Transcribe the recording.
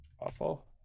Awful